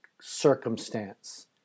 circumstance